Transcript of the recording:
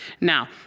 Now